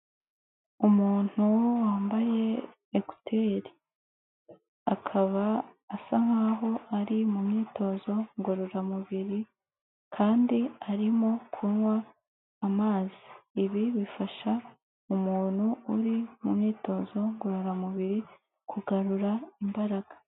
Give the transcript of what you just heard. Umuntu wambaye ekuteri, akaba asa nkaho ari mu myitozo ngororamubiri kandi arimo kunywa amazi, ibi bifasha umuntu uri mu myitozo ngororamubiri kugarura imbaraga.